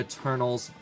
Eternals